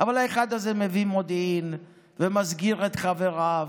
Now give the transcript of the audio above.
אבל האחד הזה מביא מודיעין ומסגיר את חבריו,